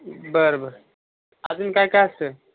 बरं बरं अजून काय काय असतं